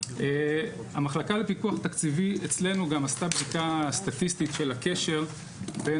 המחלקה לפיקוח תקציבי אצלנו גם עשתה בדיקה סטטיסטית של הקשר בין